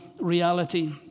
reality